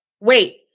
wait